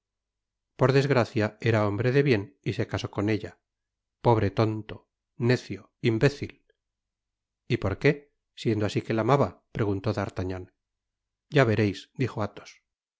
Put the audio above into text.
por desgracia era hombre de bien y se casó con ella pobre tonto i necio imbecil i y por qué siendo asi que la amaba preguntó d'artagnan ya vereis dijo alhos el